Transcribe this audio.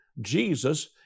Jesus